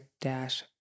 dash